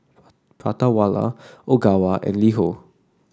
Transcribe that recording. Prata Wala Ogawa and LiHo